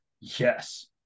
Yes